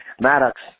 Maddox